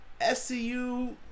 SCU